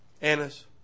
Annas